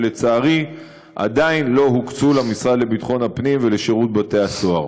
שלצערי עדיין לא הוקצו למשרד לביטחון הפנים ולשירות בתי-הסוהר.